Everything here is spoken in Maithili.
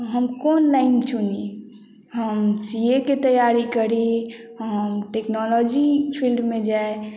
हम कोन लाइन चुनी हम सी ए के तैयारी करी हम टेक्नोलॉजी फील्डमे जाइ